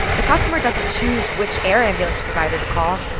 the customer doesn't choose which air ambulance provider to call.